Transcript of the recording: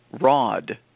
rod